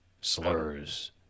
slurs